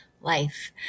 life